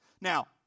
Now